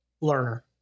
learner